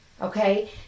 Okay